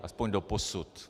Aspoň doposud.